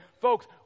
Folks